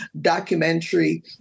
documentary